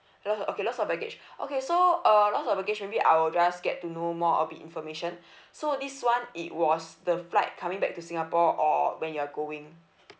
lost of okay lost of baggage okay so uh lost of baggage maybe I'll draft get to know more a bit information so this one it was the flight coming back to singapore or when you're going